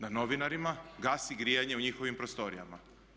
Da novinarima gasi grijanje u njihovim prostorijama.